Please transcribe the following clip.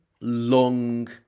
long